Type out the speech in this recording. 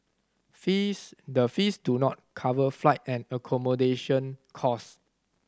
fees the fees do not cover flight and accommodation cost